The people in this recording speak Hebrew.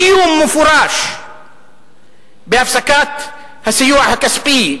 איום מפורש בהפסקת הסיוע הכספי,